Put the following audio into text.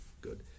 good